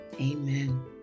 Amen